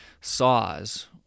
saws